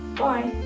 bye!